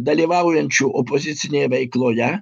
dalyvaujančių opozicinėje veikloje